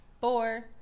four